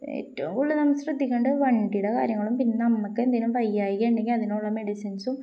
ഏറ്റവും കൂടുതല് നമ്മള് ശ്രദ്ധിക്കേണ്ടത് വണ്ടിയുടെ കാര്യങ്ങളും പിന്നെ നമുക്കെന്തെങ്കിലും വയ്യായ്കയുണ്ടെങ്കില് അതിനുള്ള മെഡിസിൻസും